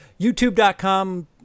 YouTube.com